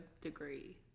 degree